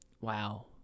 Wow